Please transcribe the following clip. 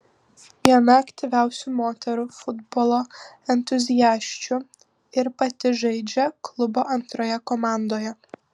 viena aktyviausių moterų futbolo entuziasčių ir pati žaidžia klubo antrojoje komandoje